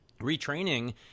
retraining